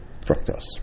fructose